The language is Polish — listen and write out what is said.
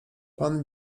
pan